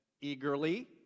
eagerly